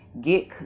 get